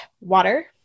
water